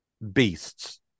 beasts